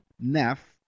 Neff